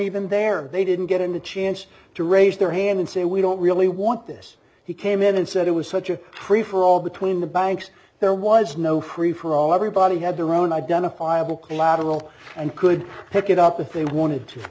even there they didn't get into chance to raise their hand and say we don't really want this he came in and said it was such a free for all between the banks there was no free for all everybody had their own identifiable collateral and could pick it up